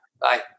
Bye